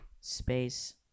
space